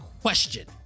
question